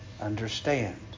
understand